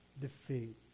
defeat